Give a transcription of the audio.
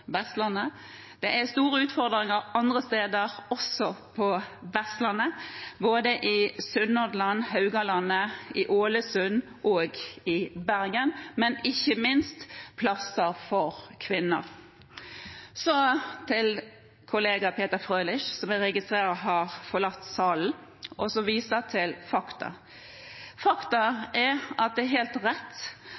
Det er store utfordringer andre steder også på Vestlandet, både i Sunnhordland, på Haugalandet, i Ålesund og Bergen, og ikke minst er det utfordringer når det gjelder plasser for kvinner. Så til kollega Peter Frølich, som jeg registrerer har forlatt salen, og som viser til fakta. Fakta